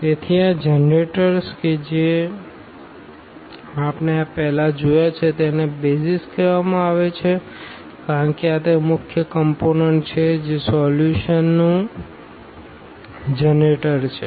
તેથી આ જનરેટર્સ કે જે આપણે આ પહેલા જોયા છે તેને BASIS કહેવામાં આવે છે કારણ કે આ તે મુખ્ય કમપોનન્ટ છે જે સોલ્યુશનનું જનરેટર છે